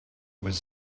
was